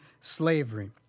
slavery